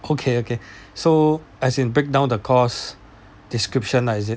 okay okay so as in break down the course description lah is it